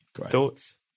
Thoughts